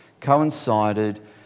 coincided